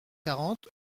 quarante